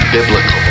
Biblical